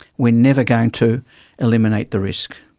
we are never going to eliminate the risk.